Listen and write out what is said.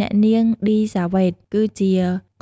អ្នកនាង ឌី សាវ៉េត គឺជា